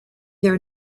their